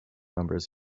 numbers